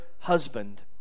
husband